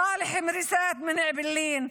סאלח מריסאת מאעבלין,